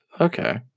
Okay